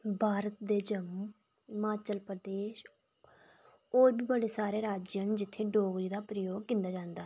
भारत दे जम्मू हिमाचल प्रदेश होर बी बड़े सारे राज्य न जित्थै डोगरी दा प्रयोग कीता जंदा